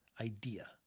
idea